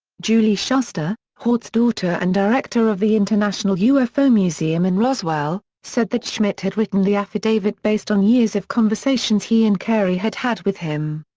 julie shuster, haut's daughter and director of the international ufo museum in roswell, said that schmitt had written the affidavit based on years of conversations he and carey had had with him.